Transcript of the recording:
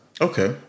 Okay